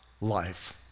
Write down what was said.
life